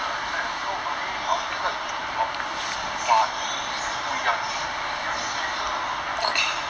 ya that's why so I only only heard of one which is 不一样 unit which is the coding [one] lor